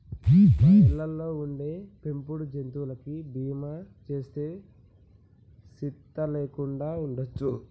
మన ఇళ్ళలో ఉండే పెంపుడు జంతువులకి బీమా సేస్తే సింత లేకుండా ఉండొచ్చు